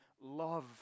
love